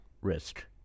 Risk